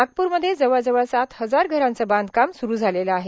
नागपूरमध्ये जवळजवळ सात हजार घरांचं बांधकाम हे सुरू झालेलं आहे